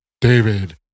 David